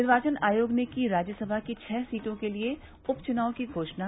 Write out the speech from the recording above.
निर्वाचन आयोग ने की राज्यसभा की छह सीटों के लिए उप चुनाव की घोषणा